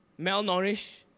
malnourished